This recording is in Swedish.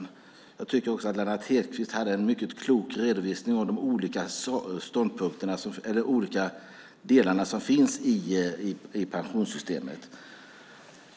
Lennart Hedquist hade också en mycket klok redovisning av de olika delarna i pensionssystemet.